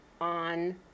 on